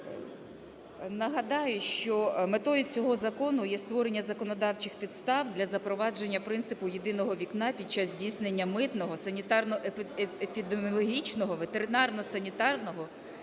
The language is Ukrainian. Нагадаю, що метою цього закону є створення законодавчих підстав для запровадження принципу "єдиного вікна" під час здійснення митного санітарно-епідеміологічного, ветеринарно-санітарного,